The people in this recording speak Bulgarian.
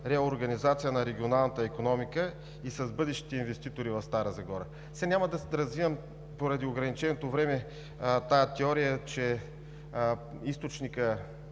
реорганизация на регионалната икономика и с бъдещите инвеститори в Стара Загора. Сега няма да развивам, поради ограниченото време, теорията, че източникът